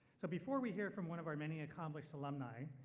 so before we hear from one of our many accomplished alumni,